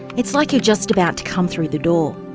it's like you're just about to come through the door.